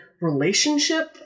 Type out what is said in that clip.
relationship